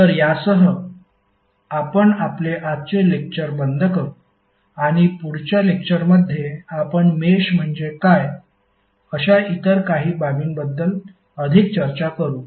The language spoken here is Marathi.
तर यासह आपण आपले आजचे लेक्टर बंद करू आणि पुढच्या लेक्टरमध्ये आपण मेष म्हणजे काय अशा इतर काही बाबींबद्दल अधिक चर्चा करू